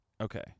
Okay